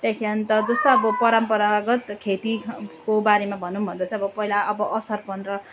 त्यहाँदेखि जस्तो अब परम्परागत खेतीको बारेमा भनौँ भन्दा चाहिँ अब पहिला अब असार पन्ध्र